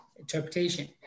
Interpretation